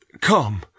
Come